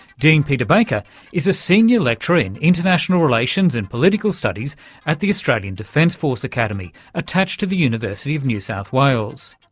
deane-peter baker is a senior lecturer in international relations and political studies at the australian defence force academy, attached to the university of new south wales.